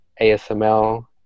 ASML